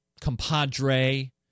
compadre